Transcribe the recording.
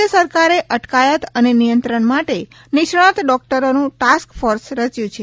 રાજય સરકારે અટકાયત અને નિયંત્રણ માટે નિષ્ણાત ડોકટરોનુ ટાસ્ક ફોર્સ ર ચ્યુ છે